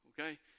okay